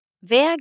Wer